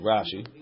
Rashi